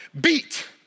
beat